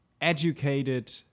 educated